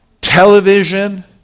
television